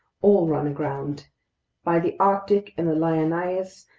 all run aground by the arctic and the lyonnais,